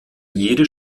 jede